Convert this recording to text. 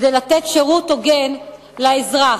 כדי לתת שירות הוגן לאזרח.